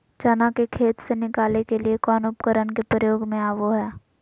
चना के खेत से निकाले के लिए कौन उपकरण के प्रयोग में आबो है?